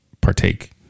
partake